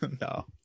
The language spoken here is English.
No